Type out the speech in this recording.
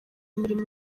imirimo